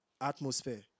atmosphere